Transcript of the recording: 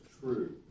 true